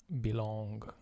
belong